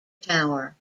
tower